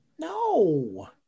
No